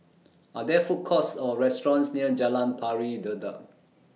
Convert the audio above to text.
Are There Food Courts Or restaurants near Jalan Pari Dedap